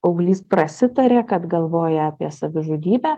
paauglys prasitarė kad galvoja apie savižudybę